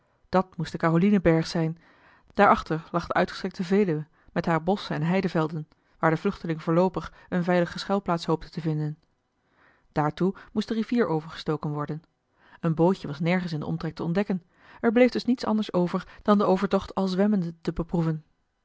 dat moest de carolineberg zijn daar achter lag de uitgestrekte veluwe met hare bosschen en heidevelden waar de vluchteling voorloopig eene veilige schuilplaats hoopte te vinden daartoe moest de rivier overgestoken worden een bootje was nergens in den omtrek te ontdekken er bleef dus niets anders over dan den overtocht al zwemmende te beproeven